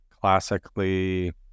Classically